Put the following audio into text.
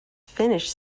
finished